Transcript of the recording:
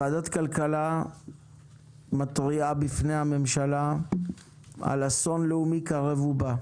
ועדת הכלכלה מתריעה בפני הממשלה על אסון לאומי קרב ובא.